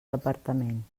departament